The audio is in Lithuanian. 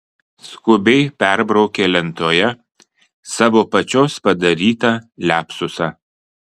skubiai perbraukė lentoje savo pačios padarytą liapsusą